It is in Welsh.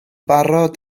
barod